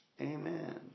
Amen